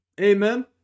Amen